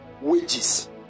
wages